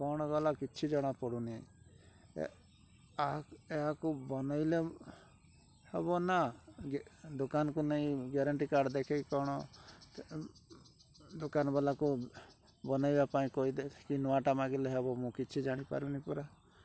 କ'ଣ ଗଲା କିଛି ଜଣା ପଡ଼ୁନି ଏହାକୁ ବନେଇଲେ ହବନା ଦୋକାନକୁ ନେଇ ଗ୍ୟାରେଣ୍ଟି କାର୍ଡ଼ ଦେଖେଇ କ'ଣ ଦୋକାନ ବାଲାକୁ ବନେଇବା ପାଇଁ କହି ଦେଖି ନୂଆଟା ମାଗିଲେ ହବ ମୁଁ କିଛି ଜାଣିପାରୁନି ପୁରା